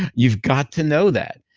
you've got to know that.